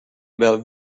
about